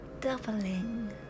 doubling